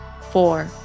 four